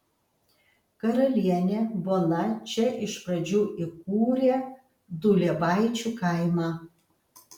karalienė bona čia iš pradžių įkūrė duliebaičių kaimą